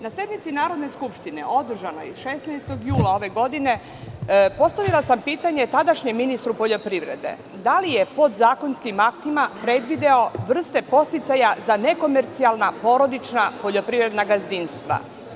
Na sednici Narodne skupštine, održanoj 16. jula ove godine, postavila sam pitanje tadašnjem ministru poljoprivrede - da li je podzakonskim aktima predvideo vrste podsticaja za nekomercijalna porodična poljoprivredna gazdinstva?